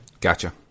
Gotcha